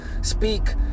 speak